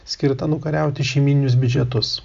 skirta nukariauti šeimyninius biudžetus